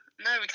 no